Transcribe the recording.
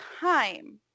time